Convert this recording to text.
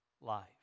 life